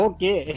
Okay